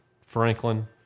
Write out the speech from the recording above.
Franklin